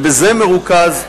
ובזה מרוכז,